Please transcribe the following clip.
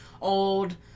old